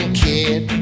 kid